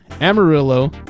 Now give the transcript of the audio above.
Amarillo